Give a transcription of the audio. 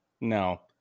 No